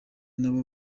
n’abo